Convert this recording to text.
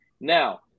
Now